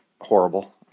horrible